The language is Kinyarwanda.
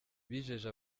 bijeje